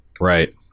Right